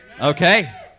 Okay